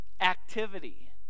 Activity